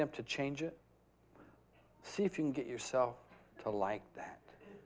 them to change it see if you can get yourself to like that